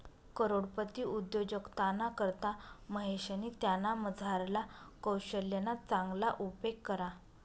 करोडपती उद्योजकताना करता महेशनी त्यानामझारला कोशल्यना चांगला उपेग करा